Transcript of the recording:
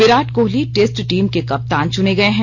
Virat Kohli test team के कप्तान चुने गए हैं